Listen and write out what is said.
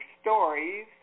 stories